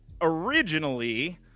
originally